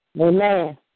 Amen